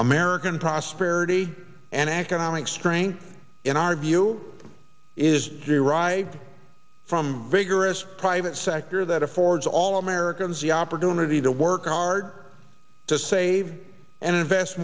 american prosperity and economic strength in our view is derives from vigorous private sector that affords all americans the opportunity to work hard to save and invest